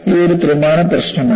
ഇത് ഒരു ത്രിമാന പ്രശ്നമാണ്